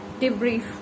Debrief